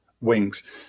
wings